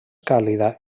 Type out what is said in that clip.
càlida